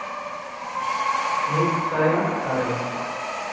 ᱢᱤᱫᱥᱟᱭ ᱟᱨᱮ